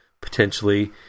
potentially